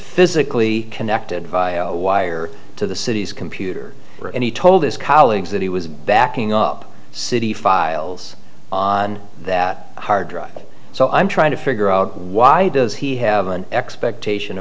physically connected by wire to the city's computer or and he told his colleagues that he was backing up city files on that hard drive so i'm trying to figure out why does he have an expectation